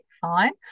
fine